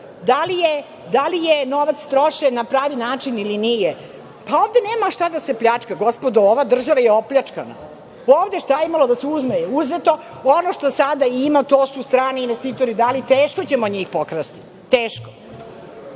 da li je novac trošen na pravi način ili nije. Ovde nema šta da se pljačka, gospodo ova država je opljačkana. Ovde šta je imalo da se uzme je uzeto, ono što sada ima to su strani investitori dali, teško ćemo njih pokrasti, teško. Tako